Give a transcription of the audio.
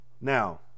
Now